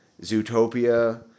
Zootopia